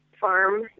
farm